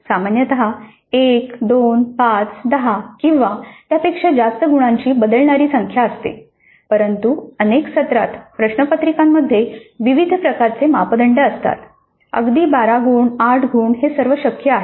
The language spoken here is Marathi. सामान्यत 1 2 5 10 किंवा त्यापेक्षा जास्त गुणांची बदलणारी संख्या असते परंतु अनेक सत्रांत प्रश्नपत्रिकांमध्ये विविध प्रकारचे मापदंड असतात अगदी 12 गुण 8 गुण हे सर्व शक्य आहे